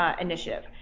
initiative